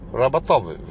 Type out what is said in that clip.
rabatowy